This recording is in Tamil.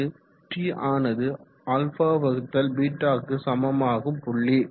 அது t ஆனாது αβ க்கு சமமாகும் புள்ளி